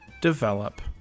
develop